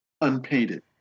unpainted